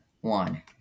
One